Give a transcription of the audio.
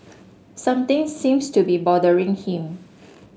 something seems to be bothering him